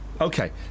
Okay